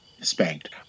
spanked